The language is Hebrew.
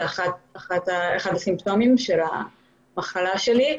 זה אחד הסימפטומים של המחלה שלי,